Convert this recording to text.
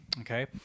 Okay